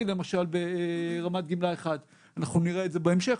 למשל ברמת גמלה 1. אנחנו נראה את זה בהמשך,